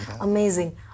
Amazing